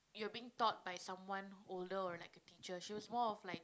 you're being taught by someone older or like a teacher she was more of like